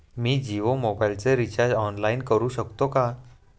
मी जियो मोबाइलचे recharge online करू शकते का?